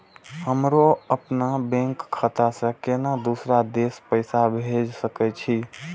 हमरो अपने बैंक खाता से केना दुसरा देश पैसा भेज सके छी?